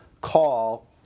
call